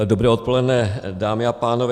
Dobré odpoledne, dámy a pánové.